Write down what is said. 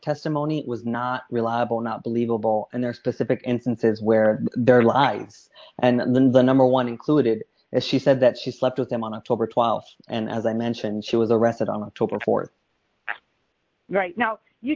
testimony was not reliable not believable and their specific instances where their lives and then the number one included as she said that she slept with them on october th and as i mentioned she was arrested on the top of th right now you